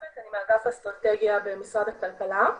גולן, אני מאגף אסטרטגיה במשרד הכלכלה.